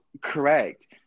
Correct